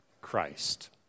Christ